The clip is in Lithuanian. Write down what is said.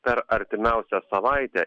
per artimiausią savaitę